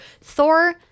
Thor